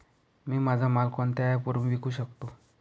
मी माझा माल कोणत्या ॲप वरुन विकू शकतो?